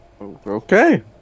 Okay